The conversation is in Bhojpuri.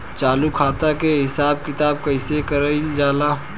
चालू खाता के हिसाब किताब कइसे कइल जाला?